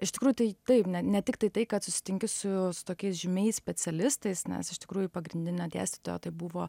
iš tikrųjų tai taip ne ne tiktai tai kad susitinki su su tokiais žymiais specialistais nes iš tikrųjų pagrindinio dėstytojo tai buvo